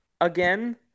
again